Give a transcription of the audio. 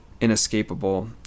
inescapable